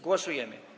Głosujemy.